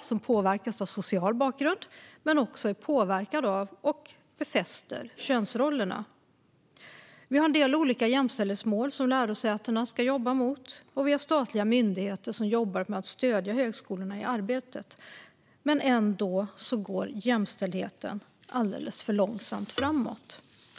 som påverkas av social bakgrund men som också är påverkade av och befäster könsrollerna. Vi har en del olika jämställdhetsmål som lärosätena ska jobba mot, och vi har statliga myndigheter som jobbar med att stödja högskolorna i arbetet. Ändå går jämställdheten alldeles för långsamt framåt.